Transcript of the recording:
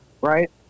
right